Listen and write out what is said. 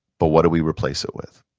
but what do we replace it with?